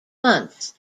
months